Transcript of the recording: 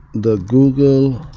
the google